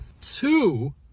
two